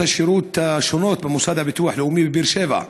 השירות השונות במוסד לביטוח לאומי בבאר שבע,